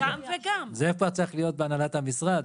זה כבר צריך להיות בהנהלת המשרד.